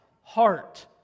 heart